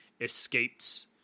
escapes